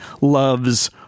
loves